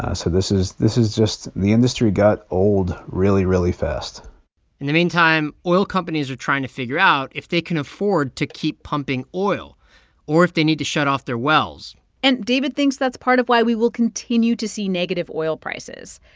ah so this is this is just the industry got old really, really fast in the meantime, oil companies are trying to figure out if they can afford to keep pumping oil or if they need to shut off their wells and david thinks that's part of why we will continue to see negative oil prices.